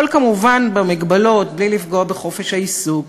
הכול כמובן במגבלות: בלי לפגוע בחופש העיסוק,